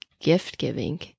gift-giving